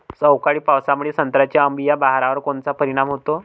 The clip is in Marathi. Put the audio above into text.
अवकाळी पावसामुळे संत्र्याच्या अंबीया बहारावर कोनचा परिणाम होतो?